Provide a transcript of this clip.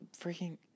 freaking